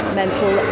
mental